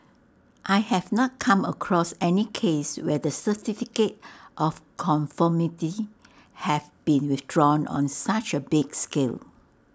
I have not come across any case where the certificate of conformity have been withdrawn on such A big scale